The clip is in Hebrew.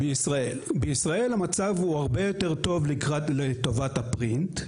בישראל המצב הוא הרבה יותר טוב לטובת הפרינט.